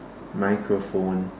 microphone